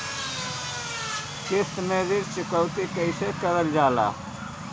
किश्त में ऋण चुकौती कईसे करल जाला?